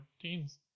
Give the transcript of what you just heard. teams